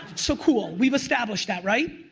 so, cool, we've established that, right?